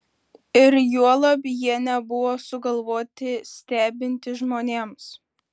ir juolab jie nebuvo sugalvoti stebinti žmonėms